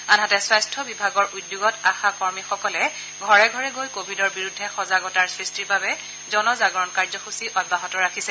আনহাতে স্বাস্থ্য বিভাগৰ উদ্যোগত আশাকৰ্মীসকলে ঘৰে ঘৰে গৈ কভিডৰ বিৰুদ্ধে সজাগতা সৃষ্টিৰ বাবে জনজাগৰণ কাৰ্যসূচী অব্যাহত ৰাখিছে